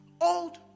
old